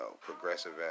progressive